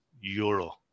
euro